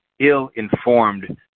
ill-informed